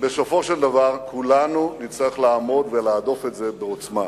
בסופו של דבר כולנו נצטרך לעמוד ולהדוף את זה בעוצמה.